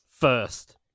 First